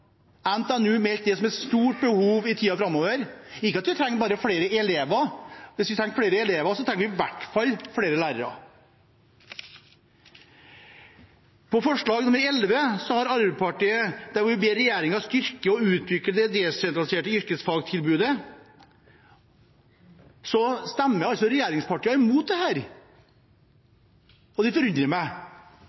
det vil være et stort behov for det i tiden framover – ikke bare flere elever. Hvis vi trenger flere elever, trenger vi i hvert fall flere lærere. Når det gjelder forslag nr. 11, hvor vi ber regjeringen styrke og utvikle det desentraliserte yrkesfagtilbudet, stemmer altså regjeringspartiene imot det. Det forundrer meg når de